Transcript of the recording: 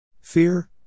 Fear